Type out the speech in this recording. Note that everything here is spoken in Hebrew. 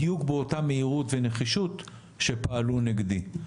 בדיוק באותה מהירות ונחישות שפעלו נגדי.